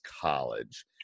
college